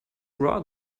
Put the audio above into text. raw